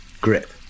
grip